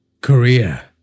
Korea